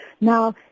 Now